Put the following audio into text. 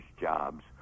jobs